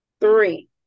three